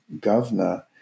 governor